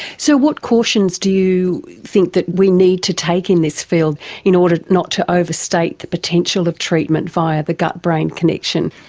so what cautions do you think that we need to take in this field in order not to overstate the potential of treatment via the gut brain connection?